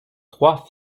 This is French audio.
trois